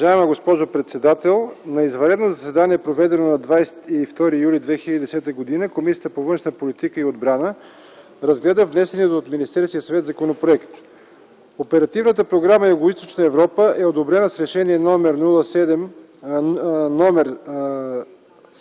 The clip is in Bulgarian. Уважаема госпожо председател! „На извънредно заседание, проведено на 22 юли 2010 г., Комисията по външна политика и отбрана разгледа внесения от Министерския съвет законопроект. Оперативната програма „Югоизточна Европа” е одобрена Решение № С